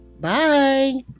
bye